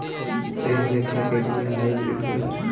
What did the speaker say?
एह लेखा के बिया हाईब्रिड होला